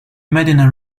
medina